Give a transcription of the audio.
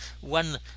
one